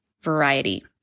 variety